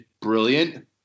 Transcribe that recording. brilliant